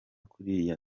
kuriya